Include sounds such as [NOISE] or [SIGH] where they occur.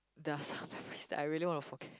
there are [BREATH] some memories that I really want to forget